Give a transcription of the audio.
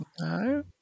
No